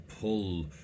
pull